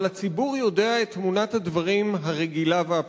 אבל הציבור יודע את תמונת הדברים הרגילה והפשוטה.